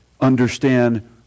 understand